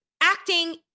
acting